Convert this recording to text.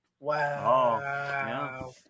wow